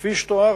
כפי שתואר,